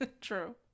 True